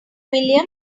williams